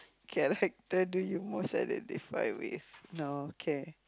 character do you most identify with no okay